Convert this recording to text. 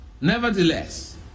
Nevertheless